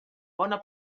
bona